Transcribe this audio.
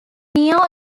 neo